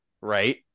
Right